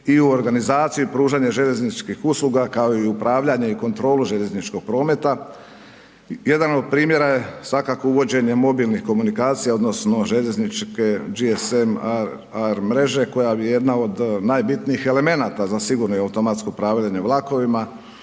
i u organizaciju i pružanje željezničkih usluga, kao i u upravljanje i kontrolu željezničkog prometa. Jedan od primjera je svakako uvođenje mobilnih komunikacija odnosno željezničke GMS-R mreža koja je jedna od najbitnijih elemenata za sigurno i automatsko upravljanje vlakovima,